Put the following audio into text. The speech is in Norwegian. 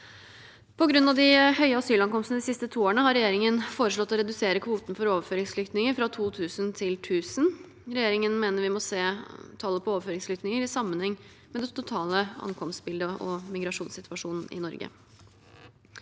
På grunn av de høye asylankomstene de siste to årene har regjeringen foreslått å redusere kvoten for overføringsflyktninger fra 2 000 til 1 000. Regjeringen mener at vi må se tallet på overføringsflyktninger i sammenheng med det totale ankomstbildet og migrasjonssituasjonen i Norge.